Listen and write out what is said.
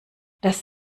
das